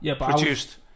produced